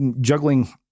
juggling